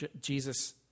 Jesus